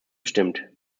bestimmt